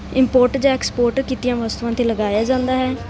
import ਜਾਂ export ਕੀਤੀਆਂ ਵਸਤੂਆਂ 'ਤੇ ਲਗਾਇਆ ਜਾਂਦਾ ਹੈ